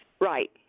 Right